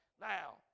now